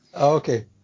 Okay